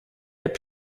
app